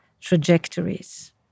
trajectories